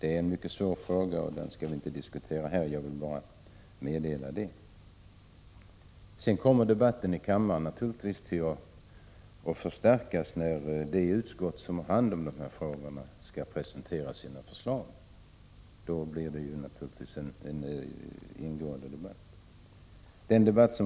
Det är en mycket svår fråga som vi inte skall diskutera nu — jag vill bara meddela detta. Debatten i kammaren kommer naturligtvis att fördjupas när de utskott som handlägger dessa frågor presenterar sina förslag. Då blir det givetvis en ingående debatt.